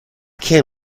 can